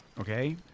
Okay